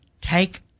Take